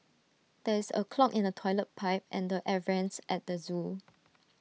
there is A clog in the Toilet Pipe and the air Vents at the Zoo